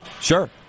sure